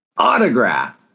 autograph